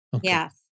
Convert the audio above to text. yes